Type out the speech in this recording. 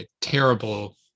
terrible